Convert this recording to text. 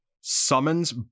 summons